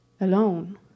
alone